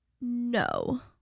No